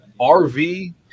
RV